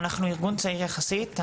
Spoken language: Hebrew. אנחנו ארגון צעיר יחסית.